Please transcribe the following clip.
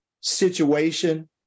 situation